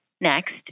Next